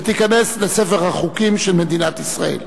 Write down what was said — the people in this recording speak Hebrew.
ותיכנס לספר החוקים של מדינת ישראל.